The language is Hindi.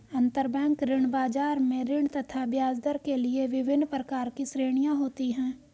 अंतरबैंक ऋण बाजार में ऋण तथा ब्याजदर के लिए विभिन्न प्रकार की श्रेणियां होती है